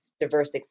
diverse